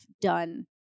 done